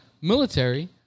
Military